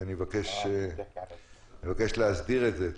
אבקש להסדיר את זה.